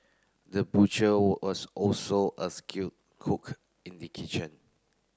the butcher was also a skilled cook in the kitchen